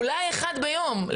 אולי אחד יפר ביום,